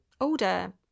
order